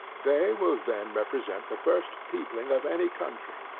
they will then represent the first peopling of any country,